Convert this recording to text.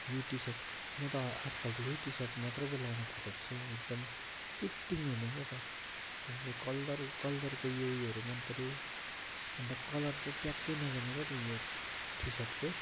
यो टिसर्ट म त आजकल त यही टिसर्ट मात्रै पो लाउनु थालेको छु एकदम फिटिङ हुने क्या त त्यो जे कल्लर कल्लरको यो ऊ योहरू मन पर्यो अन्त कलर चाहिँ ट्याक्कै नजाने क्या त यो टिसर्टको